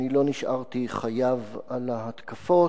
אני לא נשארתי חייב על ההתקפות.